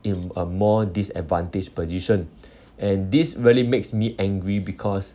in a more disadvantaged position and this really makes me angry because